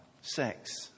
sex